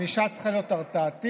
הענישה צריכה להיות הרתעתית,